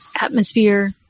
atmosphere